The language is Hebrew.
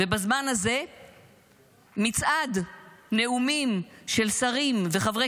ובזמן הזה מצעד נאומים של שרים וחברי